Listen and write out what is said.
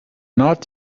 not